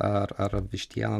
ar ar vištieną